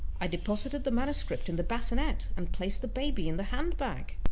i deposited the manuscript in the basinette, and placed the baby in the hand-bag.